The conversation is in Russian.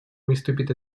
выступит